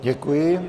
Děkuji.